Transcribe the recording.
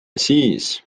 siis